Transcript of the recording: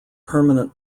permanent